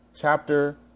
Chapter